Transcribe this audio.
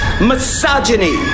misogyny